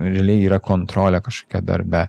realiai yra kontrolė kažkokia darbe